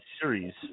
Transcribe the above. series